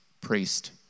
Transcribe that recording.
priest